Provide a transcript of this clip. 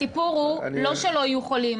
הסיפור הוא לא שלא יהיו חולים,